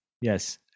yes